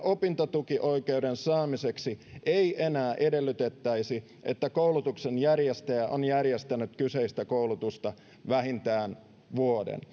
opintotukioikeuden saamiseksi ei enää edellytettäisi että koulutuksen järjestäjä on järjestänyt kyseistä koulutusta vähintään vuoden